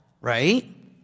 right